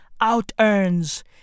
out-earns